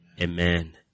Amen